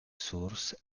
source